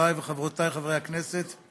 חבריי וחברותיי חברי הכנסת,